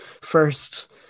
first